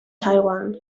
taiwan